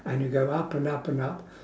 and you go up and up and up